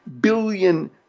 billion